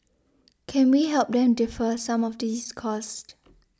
can we help them defer some of these costs